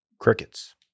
Crickets